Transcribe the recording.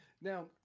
Now